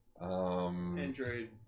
Android